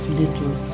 little